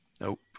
Nope